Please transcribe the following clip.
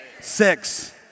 Six